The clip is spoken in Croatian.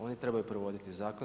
Oni trebaju provoditi zakon.